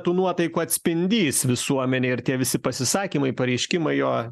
tų nuotaikų atspindys visuomenėj ir tie visi pasisakymai pareiškimai jo